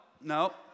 no